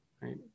right